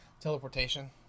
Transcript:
Teleportation